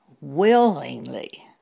willingly